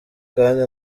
kandi